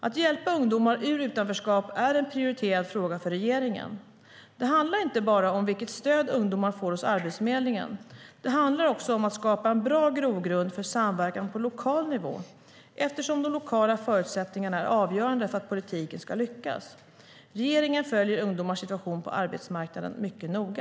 Att hjälpa ungdomar ur utanförskap är en prioriterad fråga för regeringen. Det handlar inte bara om vilket stöd ungdomar får hos Arbetsförmedlingen. Det handlar också om att skapa en bra grogrund för samverkan på lokal nivå eftersom de lokala förutsättningarna är avgörande för att politiken ska lyckas. Regeringen följer ungdomars situation på arbetsmarknaden mycket noga.